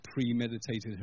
premeditated